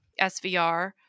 SVR